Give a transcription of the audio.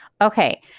Okay